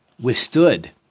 withstood